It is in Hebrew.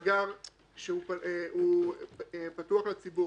פתוח לציבור.